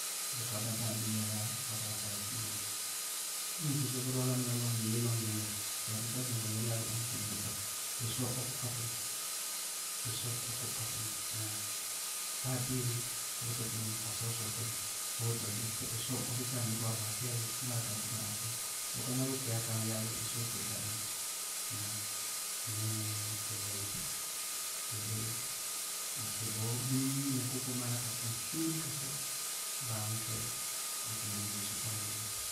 Bʋká báa béé yálá ka vala ka la siminamɛ, ñŋsɩ sɔsɔ lɔ álámɩná lɔ ŋlí lɔ ŋñgɛ ñ la, sɩ dɩɩtá sɩ ɩíŋ! Ɩwɛ ɩɩ láá dzɛɛ? Sɩ ɩíɩŋ! Tɔɔ ɩsɔɔɔ kʋ ka fɛŋɛ! Ɩsɔɔ ɔ kʋ ka fɛŋɛ! Ŋnáa? Báa abéeré, sʋlʋtɔ tʋná aséé ɔ sʋlʋ fɛmɛ. Mʋróó tɔŋsɩ ɩsɔɔ ʋ sísí amɛ ró na alaafíya ró, ñ malá, kaa yúkú ŋɛ alaafíya. Bʋká ná ró kɩyáa kaá ŋŋ yɛyá ró ɩsɔɔɔ kperi kɛ adoŋá. Ŋnáa? Mɩnɛ mɛɛ dɩ wɛɛ dzɛ. Bʋ yelé ŋsɩbɔɔ minimini mɛ kʋkɔɔ máa yálá ka kʋŋ fɛ báa aŋʋ fɛ ŋsɩ ma hiiye sɔkɔrɛmɛɛ dzɛ.